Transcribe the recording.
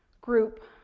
group,